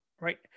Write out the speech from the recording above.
right